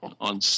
on